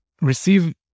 receive